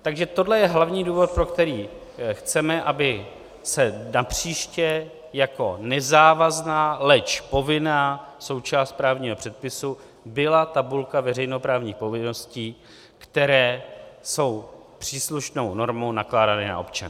Takže tohle je hlavní důvod, pro který chceme, aby napříště jako nezávazná, leč povinná součást právního předpisu byla tabulka veřejnoprávních povinností, které jsou příslušnou normou nakládány na občany.